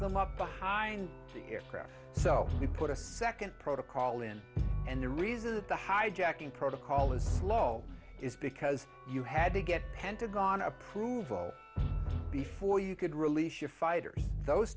them up behind the aircraft so we put a second protocol in and the reason that the hijacking protocol is slow is because you had to get pentagon approval before you could release your fighters those